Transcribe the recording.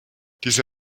diese